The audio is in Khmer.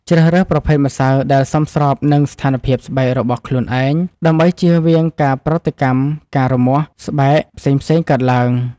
ជ្រើសរើសប្រភេទម្សៅដែលសមស្របនឹងស្ថានភាពស្បែករបស់ខ្លួនឯងដើម្បីជៀសវាងការប្រតិកម្មឬការរមាស់ស្បែកផ្សេងៗកើតឡើង។